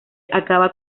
acaba